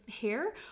hair